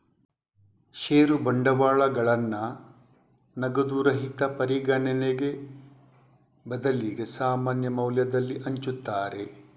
ಷೇರು ಬಂಡವಾಳಗಳನ್ನ ನಗದು ರಹಿತ ಪರಿಗಣನೆಗೆ ಬದಲಿಗೆ ಸಾಮಾನ್ಯ ಮೌಲ್ಯದಲ್ಲಿ ಹಂಚುತ್ತಾರೆ